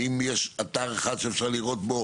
האם יש אתר אחד שאפשר לראות בו,